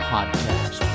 Podcast